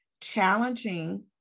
challenging